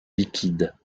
liquides